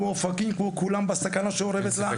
כמו אופקים כמו כולם בסכנה שעורבת לנו.